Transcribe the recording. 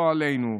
לא עלינו.